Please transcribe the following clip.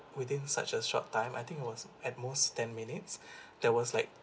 within such a short time I think it was at most ten minutes there was like